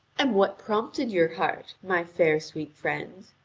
and what prompted your heart, my fair sweet friend?